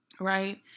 right